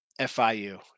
FIU